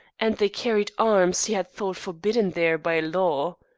and they carried arms he had thought forbidden there by law.